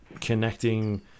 connecting